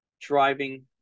driving